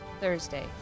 Thursday